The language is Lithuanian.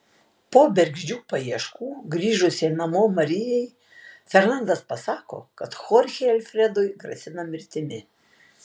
po bergždžių paieškų grįžusiai namo marijai fernandas pasako kad chorchei alfredui grasina mirtimi